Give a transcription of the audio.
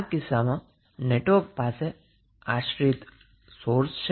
આ કિસ્સામાં નેટવર્ક પાસે ડિપેન્ડન્ટ સોર્સ છે